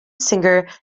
singer